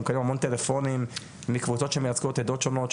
מקבלים המון טלפונים מקבוצות שמייצגות עדות שונות,